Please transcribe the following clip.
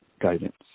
guidance